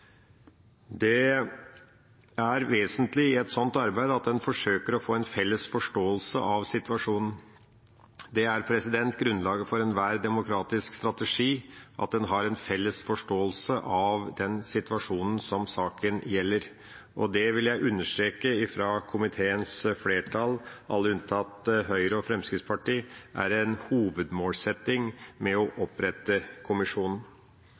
Det er vesentlig i et slikt arbeid at en forsøker å få en felles forståelse av situasjonen. Det er grunnlaget for enhver demokratisk strategi at en har en felles forståelse av den situasjonen som saken gjelder. Det vil jeg understreke fra komiteens flertall – alle unntatt Høyre og Fremskrittspartiet – er en hovedmålsetting med å opprette kommisjonen.